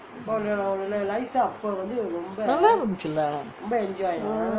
நல்லா இருந்துச்சு:nalla irunthuchu lah